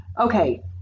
Okay